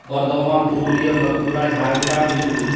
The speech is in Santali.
ᱵᱚᱨᱫᱷᱚᱢᱟᱱ ᱯᱩᱨᱩᱞᱤᱭᱟᱹ ᱵᱟᱹᱠᱩᱲᱟ ᱡᱷᱟᱲᱜᱨᱟᱢ ᱢᱮᱫᱽᱱᱤᱯᱩᱨ